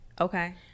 Okay